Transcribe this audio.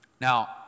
Now